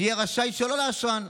שיהיה רשאי שלא לאשרן,